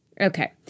Okay